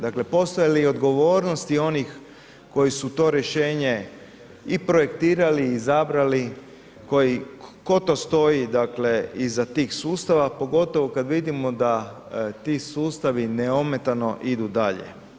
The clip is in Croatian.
Dakle, postoje li odgovornosti onih koji su to rješenje i projektirali i izabrali, koji, tko to stoji iza tih sustava, pogotovo kad vidimo da ti sustavi neometano idu dalje.